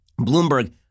Bloomberg